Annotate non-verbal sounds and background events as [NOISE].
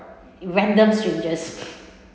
random strangers [BREATH]